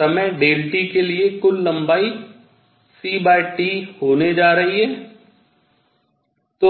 समय t के लिए कुल लंबाई ct होने जा रही है